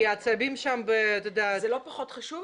כי העצבים שם --- זה לא פחות חשוב,